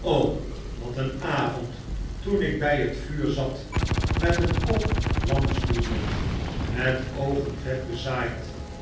o wat een avond toen ik bij het vuur zat met een kop lamsbouillon met oogen vet bezaaid